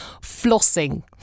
Flossing